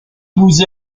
vous